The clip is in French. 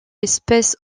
espèce